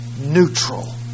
neutral